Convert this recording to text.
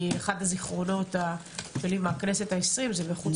אחד הזיכרונות שלי מהכנסת ה-20 זה בחוץ